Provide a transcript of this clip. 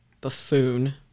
buffoon